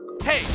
hey